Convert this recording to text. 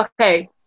Okay